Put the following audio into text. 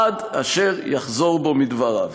עד אשר יחזור בו מדבריו".